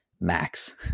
Max